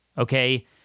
Okay